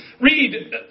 Read